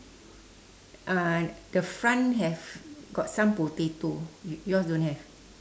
uh the front have got some potato you yours don't have